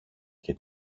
και